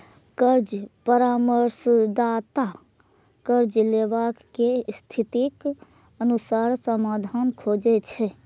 कर्ज परामर्शदाता कर्ज लैबला के स्थितिक अनुसार समाधान खोजै छै